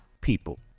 people